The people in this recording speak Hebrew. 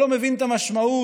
שלא מבין את המשמעות